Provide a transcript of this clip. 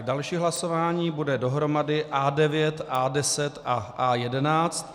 Další hlasování bude dohromady A9, A10 a A11.